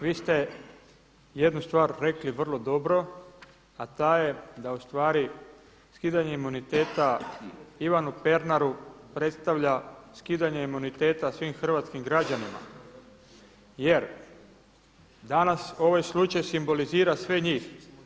Vi ste jednu stvar rekli vrlo dobro, a ta je da skidanje imuniteta Ivanu Pernaru predstavlja skidanje imuniteta svim hrvatskim građanima jer danas ovaj slučaj simbolizira sve njih.